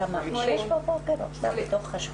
(הישיבה נפסקה בשעה 11:40 ונתחדשה